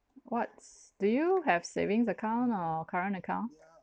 what's do you have savings account or current account